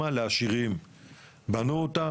אבל כאן מגיע עוד חלק ואני בכוונה מפריע לך ולא כדי להפריע.